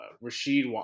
Rashid